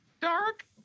Dark